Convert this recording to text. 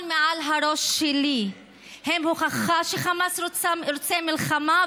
מעל הראש שלי הם הוכחה שחמאס רוצה מלחמה,